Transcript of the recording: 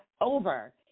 over